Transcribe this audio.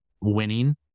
winning